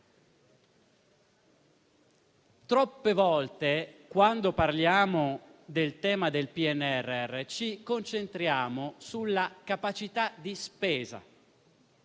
troppe volte, quando parliamo del PNRR, ci concentriamo sulla capacità di spesa